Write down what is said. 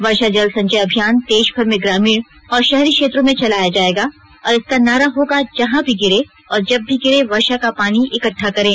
वर्षा जल संचय अभियान देशभर में ग्रामीण और शहरी क्षेत्रों में चलाया जाएगा और इसका नारा होगा जहां भी गिरे और जब भी गिरे वर्षा का पानी इकट्टा करें